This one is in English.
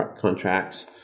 contracts